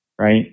right